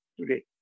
today